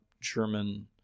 German